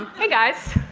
hey, guys.